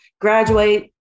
graduate